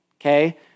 okay